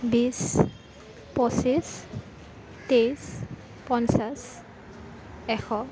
বিছ পঁচিছ তেইছ পঞ্চাছ এশ